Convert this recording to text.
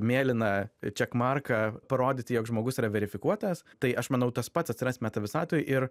mėlyną čekmarką parodyti jog žmogus yra verifikuotas tai aš manau tas pats atsiras meta visatoj ir